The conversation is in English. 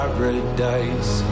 Paradise